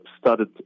started